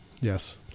Yes